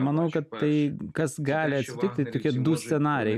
manau kad tai kas gali atsitikti tokie du scenarijai